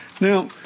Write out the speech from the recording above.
Now